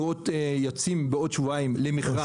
בעוד שבועיים אנחנו יוצאים למכרז.